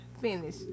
Finish